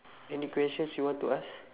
any questions you want to ask